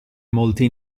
molti